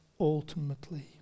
ultimately